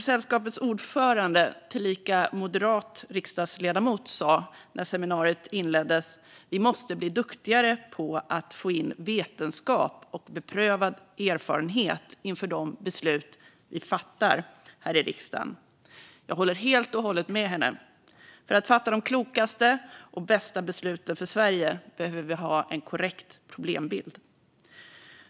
Sällskapets ordförande, tillika moderat riksdagsledamot, sa när seminariet inleddes: Vi måste bli duktigare på att få in vetenskap och beprövad erfarenhet inför de beslut vi fattar här i riksdagen. Jag håller helt och hållet med henne. För att fatta de klokaste och bästa besluten för Sverige behöver vi ha en korrekt problembild.